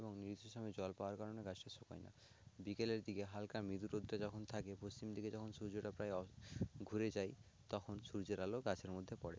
এবং নির্দিষ্ট সময়ে জল পাওয়ার কারণে গাছটা শুকোয় না বিকেলের দিকে হালকা মৃদু রোদটা যখন থাকে পশ্চিম দিকে যখন সূর্যটা প্রায় ঘুরে যায় তখন সূর্যের আলো গাছের মধ্যে পড়ে